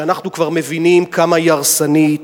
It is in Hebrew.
שאנחנו כבר מבינים כמה היא הרסנית,